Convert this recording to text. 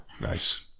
nice